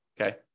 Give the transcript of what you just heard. okay